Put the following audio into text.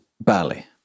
bali